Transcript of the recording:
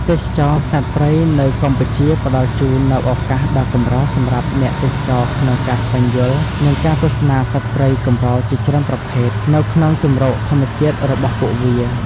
ទេសចរណ៍សត្វព្រៃនៅកម្ពុជាផ្តល់ជូននូវឱកាសដ៏កម្រសម្រាប់អ្នកទេសចរក្នុងការស្វែងយល់ និងទស្សនាសត្វព្រៃកម្រជាច្រើនប្រភេទនៅក្នុងជម្រកធម្មជាតិរបស់ពួកវា។